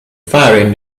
firing